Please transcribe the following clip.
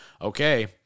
okay